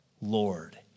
Lord